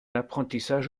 apprentissage